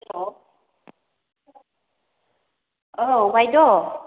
हेल' औ बायद'